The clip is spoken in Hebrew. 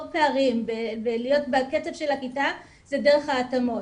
פערים ולהיות בקצב של הכיתה זה דרך ההתאמות.